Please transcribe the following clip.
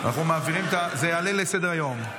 זה יעלה לסדר-היום.